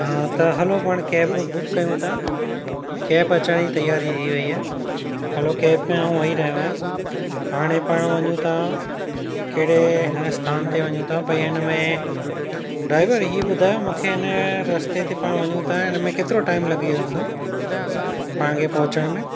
हा त हलो पाण कैब बुक कयूं था कैब अचनि जी तयारी थी रही आहे हलो कैब में मां वेही रहियो आहियां हाणे पाण वञू था कहिड़े स्थान ते वञू था भाई हिनमें ड्राइवर इहो ॿुधायो मूंखे हिन रस्ते ते पाण वञू था हिनमें केतिरो टाइम लॻी वेंदो पाण खे पहुचण में